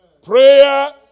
Prayer